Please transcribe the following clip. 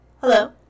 Hello